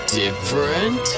different